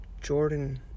Jordan